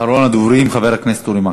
אחרון הדוברים, חבר הכנסת אורי מקלב.